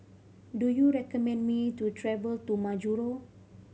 do you recommend me to travel to Majuro